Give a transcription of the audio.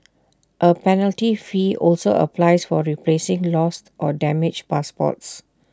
A penalty fee also applies for replacing lost or damaged passports